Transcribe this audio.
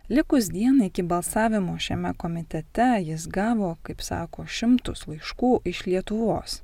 likus dienai iki balsavimo šiame komitete jis gavo kaip sako šimtus laiškų iš lietuvos